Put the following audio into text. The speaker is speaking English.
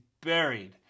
buried